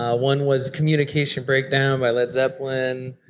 ah one was communication breakdown by led zeppelin.